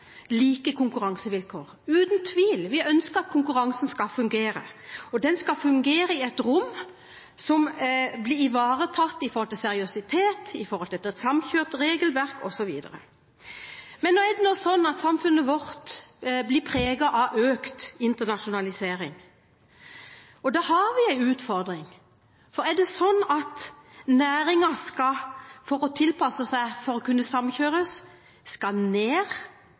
like konkurransevilkår – uten tvil. Vi ønsker at konkurransen skal fungere, og den skal fungere i et rom som blir ivaretatt med hensyn til seriøsitet, et samkjørt regelverk osv. Men det er nå engang sånn at samfunnet vårt er preget av økt internasjonalisering, og da har vi en utfordring. For er det slik at næringen for å tilpasse seg, for å kunne samkjøres, skal ned,